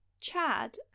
Chad